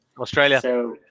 Australia